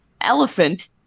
elephant